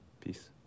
Peace